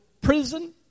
prison